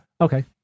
Okay